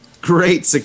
great